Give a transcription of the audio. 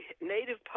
native